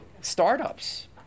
startups